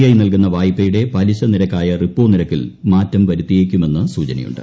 I നൽകുന്ന വായ്പയുടെ പലിശനിരക്കായ റിപ്പോ നിരക്കിൽ മാറ്റം വരുത്തിയേക്കുമെന്ന് സൂചനയുണ്ട്